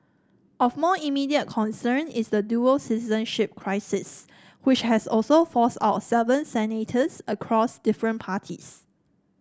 of more immediate concern is the dual citizenship crisis which has also forced out seven senators across different parties